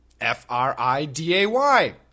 F-R-I-D-A-Y